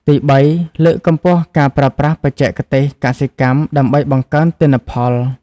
ទីបី លើកកម្ពស់ការប្រើប្រាស់បច្ចេកទេសកសិកម្មដើម្បីបង្កើនទិន្នផល។